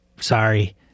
sorry